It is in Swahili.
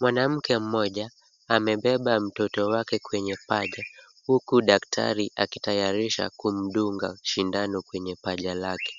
Mwanamke mmoja amebeba mtoto wake kwenye paja huku daktari akitayarisha kumdunga sindano kwenye paja lake.